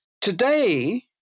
today